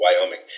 Wyoming